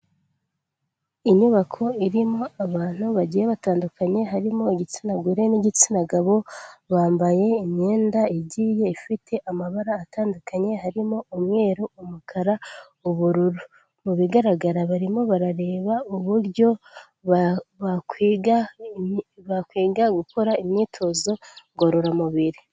Inyubako irimo abantu bagiye batandukanye, harimo igitsina gore n'igitsina gabo bambaye imyenda igiye ifite amabara atandukanye, harimo; umweru, umukara, ubururu, mu bigaragara barimo barareba uburyo bakwiga gukora imyitozo ngororamubiri.